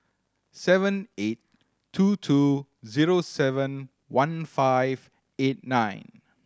seven eight two two zero seven one five eight nine